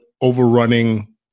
overrunning